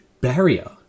barrier